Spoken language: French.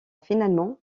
finalement